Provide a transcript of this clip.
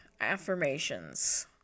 affirmations